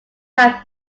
have